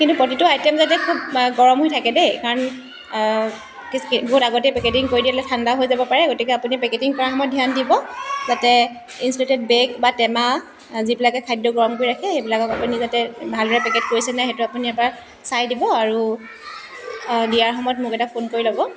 কিন্তু প্ৰতিটো আইটেম যাতে খুব গৰম হৈ থাকে দেই কাৰণ বহুত আগতেই পেকেটিং কৰি দিলে ঠাণ্ডা হৈ যাব পাৰে গতিকে আপুনি পেকেটিং কৰা সময়ত ধ্যান দিব যাতে বেগ বা টেমা যিবিলাকে খাদ্য গৰম কৰি ৰাখে সেইবিলাকক আপুনি যাতে ভালদৰে পেকেট কৰিছেনে নাই সেইটো আপুনি এবাৰ চাই দিব আৰু দিয়াৰ সময়ত মোক এটা ফোন কৰি ল'ব